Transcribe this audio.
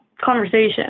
conversation